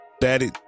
Daddy